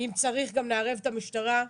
אם צריך, גם נערב את המשטרה.